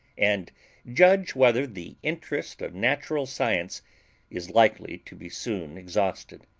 and judge whether the interest of natural science is likely to be soon exhausted.